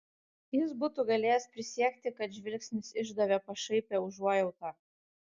jis būtų galėjęs prisiekti kad žvilgsnis išdavė pašaipią užuojautą